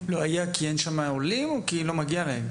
כי אין שם עולים או כי לא מגיע להם?